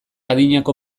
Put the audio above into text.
adinako